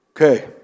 Okay